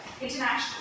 international